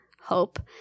hope